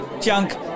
junk